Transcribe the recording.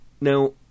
now